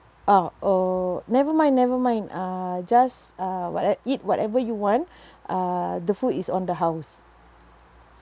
oh oh never mind never mind uh just uh whate~ eat whatever you want uh the food is on the house